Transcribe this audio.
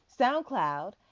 SoundCloud